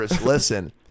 listen